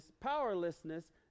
powerlessness